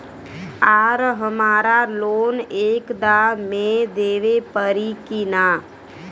आर हमारा लोन एक दा मे देवे परी किना?